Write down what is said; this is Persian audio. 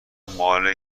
مال